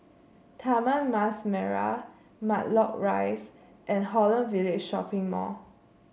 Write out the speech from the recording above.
Taman Mas Merah Matlock Rise and Holland Village Shopping Mall